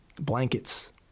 blankets